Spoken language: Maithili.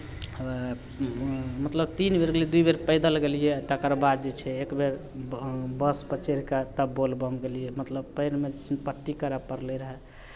मतलब तीन बेर गेलियै दू बेर पैदल गेलियै आ तकरबाद जे छै एक बेर ब बसपर चढ़ि कऽ तब बोलबम गेलियै मतलब पएरमे जे छै पट्टी करय पड़लै रहए